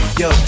yo